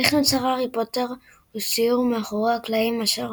איך נוצר הארי פוטר הוא סיור מאחורי הקלעים אשר